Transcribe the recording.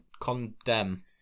Condemn